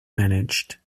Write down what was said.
managed